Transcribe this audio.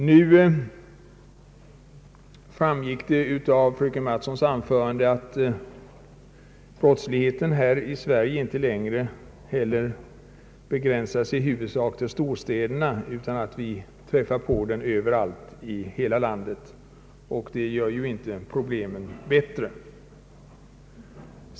Av fröken Mattsons anförande framgick att brottsligheten här i Sverige inte längre begränsades i huvudsak till storstäderna utan att vi träffade på den överallt i hela landet. Detta gör ju inte problemen mindre.